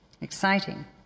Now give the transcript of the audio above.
Exciting